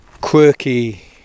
quirky